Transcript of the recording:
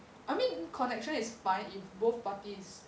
I mean connection is fine if both parties